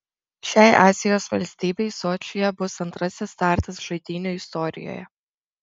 šiai azijos valstybei sočyje bus antrasis startas žaidynių istorijoje